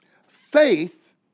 Faith